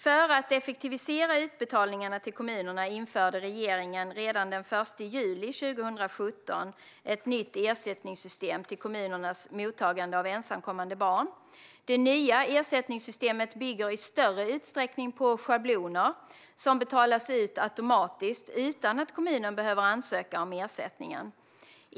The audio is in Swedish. För att effektivisera utbetalningarna till kommunerna införde regeringen redan den 1 juli 2017 ett nytt ersättningssystem för kommunernas mottagande av ensamkommande barn. Det nya ersättningssystemet bygger i större utsträckning på schabloner som betalas ut automatiskt utan att kommunen behöver ansöka om ersättningen.